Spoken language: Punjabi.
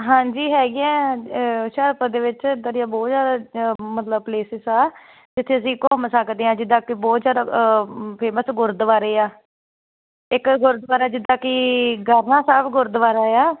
ਹਾਂਜੀ ਹੈਗੀਆਂ ਹੁਸ਼ਿਆਰਪੁਰ ਦੇ ਵਿੱਚ ਇੱਦਾਂ ਦੀਆਂ ਬਹੁਤ ਜਿਆਦਾ ਮਤਲਬ ਪਲੇਸਿਸ ਆ ਜਿੱਥੇ ਅਸੀਂ ਘੁੰਮ ਸਕਦੇ ਆਂ ਜਿੱਦਾਂ ਕਿ ਬਹੁਤ ਜਿਆਦਾ ਫੇਮਸ ਗੁਰਦੁਆਰੇ ਆ ਇੱਕ ਗੁਰਦੁਆਰਾ ਜਿੱਦਾਂ ਕਿ ਗਰਨਾ ਸਾਹਿਬ ਗੁਰਦੁਆਰਾ ਆ